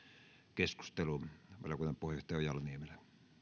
valiokunnan puheenjohtaja ojala niemelä